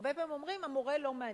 הרבה פעמים אומרים: המורה לא מעניין.